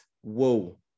whoa